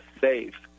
safe